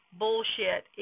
bullshit